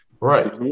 Right